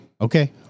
Okay